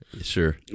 Sure